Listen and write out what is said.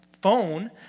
phone